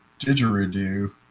didgeridoo